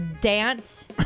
dance